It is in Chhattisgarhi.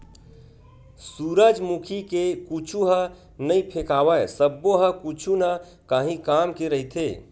सूरजमुखी के कुछु ह नइ फेकावय सब्बो ह कुछु न काही काम के रहिथे